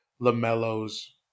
LaMelo's